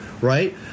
right